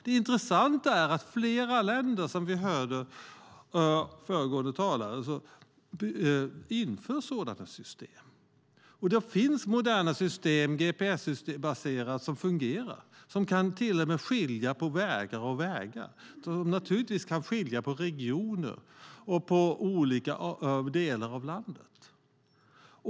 Det intressanta är att flera länder, som vi hörde av föregående talare, inför sådana system. Det finns moderna fungerande gps-baserade system som till och med kan skilja på vägar och vägar, regioner och olika delar av landet.